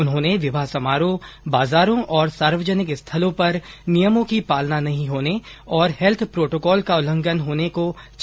उन्होंने विवाह समारोह बाजारों और सार्वजनिक स्थलों पर नियमों की पालना नहीं होने और हैल्थ प्रोटोकॉल का उल्लंघन होने को चिंताजनक बताया है